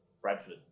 Bradford